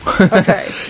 okay